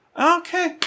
Okay